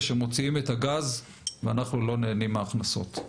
שמוציאים את הגז ואנחנו לא נהנים מההכנסות.